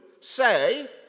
say